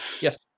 Yes